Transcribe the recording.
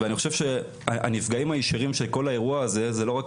ואני חושב שהנפגעים הישירים של כל האירוע הזה הם לא רק